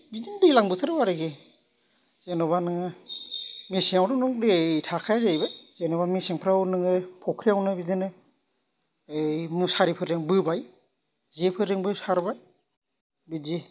बिदिनो दैज्लां बोथोराव आरोखि जेनेबा नोङो मेसेंआवथ' नों दै थाखाया जाहैबाय जेनेबा मेसेंफोराव नोङो फुख्रियावनो बिदिनो ओइ मुसारिफोरजों बोबाय जेफोरजोंबो सारबाय बिदि